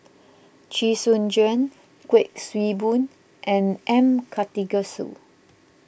Chee Soon Juan Kuik Swee Boon and M Karthigesu